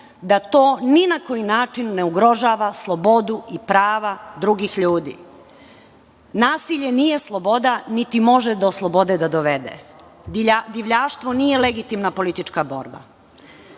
da to ni na koji način ne ugrožava slobodu i prava drugih ljudi. Nasilje nije sloboda, niti može do slobode da dovede. Divljaštvo nije legitimna politička borba.